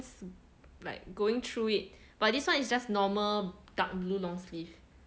it's like going through it but this one is just normal dark blue long sleeve